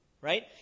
right